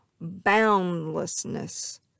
boundlessness